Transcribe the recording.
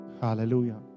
Hallelujah